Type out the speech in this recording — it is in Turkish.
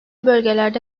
bölgelerde